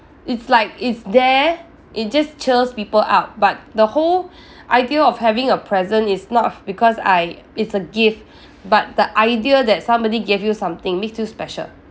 it's like it's there it just cheers people up but the whole idea of having a present is not because I it's a gift but the idea that somebody gave you something makes you special